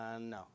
No